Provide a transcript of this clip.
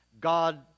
God